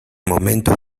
momentos